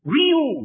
real